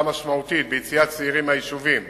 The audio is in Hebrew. משמעותית על יציאת צעירים מהיישובים